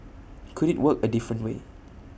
could IT work A different way